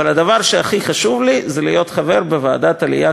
אבל הדבר שהכי חשוב לי זה להיות חבר בוועדת העלייה,